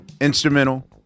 instrumental